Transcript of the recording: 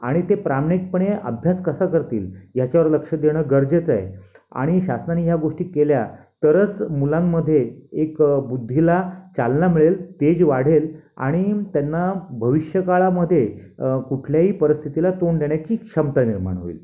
आणि ते प्रामाणिकपणे अभ्यास कसा करतील ह्याच्यावर लक्ष देणं गरजेचं आहे आणि शासनाने ह्या गोष्टी केल्या तरच मुलांमध्ये एक बुद्धीला चालना मिळेल तेज वाढेल आणि त्यांना भविष्यकाळामध्ये कुठल्याही परिस्थितीला तोंड देण्याची क्षमता निर्माण होईल